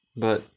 but